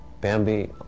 Bambi